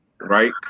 Right